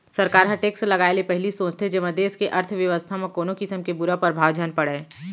सरकार ह टेक्स लगाए ले पहिली सोचथे जेमा देस के अर्थबेवस्था म कोनो किसम के बुरा परभाव झन परय